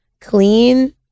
clean